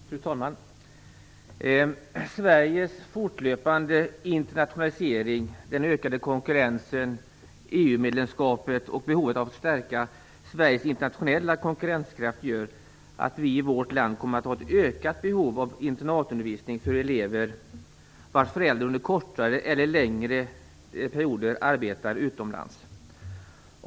Fru talman! Sveriges fortlöpande internationalisering, den ökade konkurrensen, EU-medlemskapet och behovet av att stärka Sveriges internationella konkurrenskraft gör att vi i vårt land kommer att ha ett ökat behov av internatundervisning för elever vars föräldrar under kortare eller längre perioder arbetar utomlands.